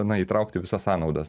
na įtraukti visas sąnaudas